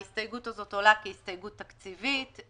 ההסתייגות הזו עולה כהסתייגות תקציבית,